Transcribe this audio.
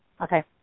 Okay